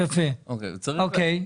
אוקיי.